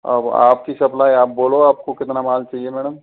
अब आपकी सप्लाई आप बोलो आपको कितना माल चाहिए मैडम